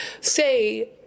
say